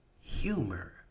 Humor